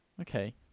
Okay